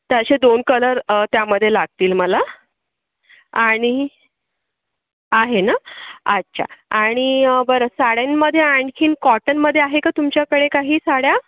तर असे दोन कलर त्यामध्ये लागतील मला आणि आहे ना अच्छा आणि बरं साड्यांमध्ये आणखीन कॉटनमध्ये आहे का तुमच्याकडे काही साड्या